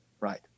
Right